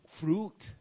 fruit